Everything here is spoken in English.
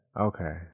Okay